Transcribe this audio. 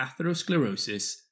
atherosclerosis